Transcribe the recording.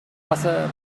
wasser